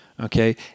Okay